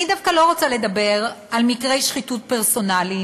אני דווקא לא רוצה לדבר על מקרי שחיתות פרסונליים,